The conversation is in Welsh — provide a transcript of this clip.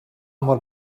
mor